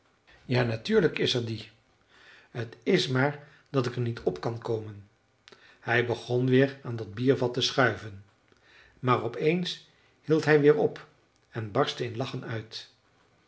ja natuurlijk is er die t is maar dat ik er niet op kan komen hij begon weer aan dat biervat te schuiven maar op eens hield hij weer op en barstte in lachen uit